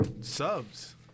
subs